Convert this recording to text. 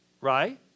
Right